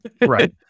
right